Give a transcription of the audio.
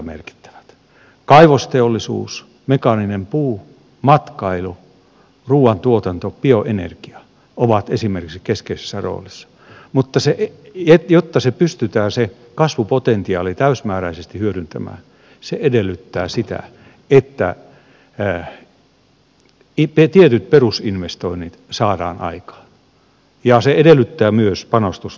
esimerkiksi kaivosteollisuus mekaaninen puu matkailu ruuantuotanto ja bioenergia ovat keskeisessä roolissa mutta jotta se kasvupotentiaali pystytään täysimääräisesti hyödyntämään se edellyttää sitä että tietyt perusinvestoinnit saadaan aikaan ja se edellyttää myös panostusta koulutukseen